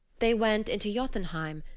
they went into jotunheim,